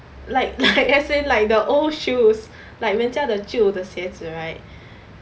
like like as in like the old shoes like 人家的旧的鞋子 right